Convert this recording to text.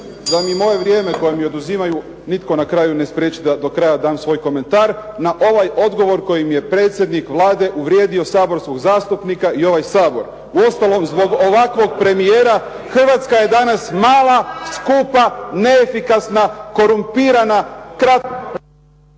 da mi moje vrijeme koje mi oduzimaju nitko na kraju ne spriječi da do kraja dam svoj komentar na ovaj odgovor kojim je predsjednik Vlade uvrijedio saborskog zastupnika i ovaj Sabor. Uostalom zbog ovakvog premijera Hrvatska je danas mala, skupa, neefikasna, korumpirana